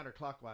counterclockwise